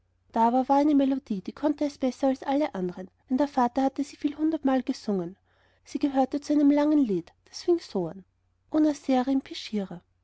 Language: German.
da aber war eine melodie die konnte es besser als alle anderen denn der vater hatte sie vielhundertmal gesungen sie gehörte zu einem langen lied das fing so an